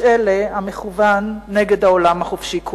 אלה המכוונים נגד העולם החופשי כולו.